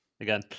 Again